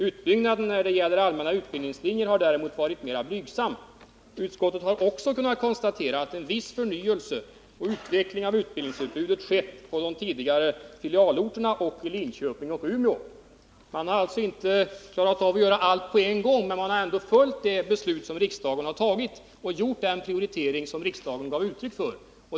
Utbyggnaden när det gäller allmänna utbildningslinjer har däremot varit mera blygsam. Utskottet hade också kunnat konstatera att en viss förnyelse och utveckling av utbildningsutbudet skett på de tidigare filialorterna och i Linköping och Umeå.” Man har alltså inte klarat av att göra allt på en gång, men man har ändå följt det beslut som riksdagen fattat och gjort den prioritering som riksdagen givit uttryck för.